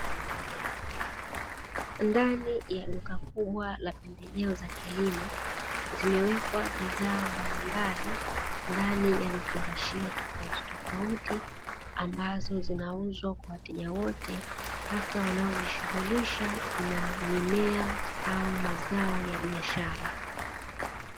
Ndani ya duka kubwa la pembejeo za kilimo zimewekwa bidhaa mbalimbali ndani ya vifungashio tofautitofauti, ambazo zinauzwa kwa wateja wote hasa wanaojishughulisha na mimea au mazao ya biashara.